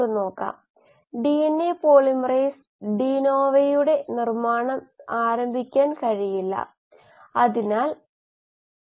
അതുപോലെ നിങ്ങൾ intracellular metabolite സാന്ദ്രത മാറ്റം നോക്കുകയാണെങ്കിൽ അത് നിമിഷങ്ങൾക്കകം സംഭവിക്കുന്നു അതേസമയം വളർച്ച സാധാരണഗതിയിൽ സംഭവിക്കുന്നു കുറച്ച് മണിക്കൂറുകൾ എന്ന് നമുക്ക് പറയാം